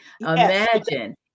Imagine